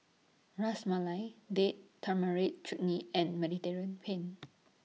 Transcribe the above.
Ras Malai Date Tamarind Chutney and Mediterranean Pen